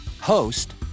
host